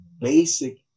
basic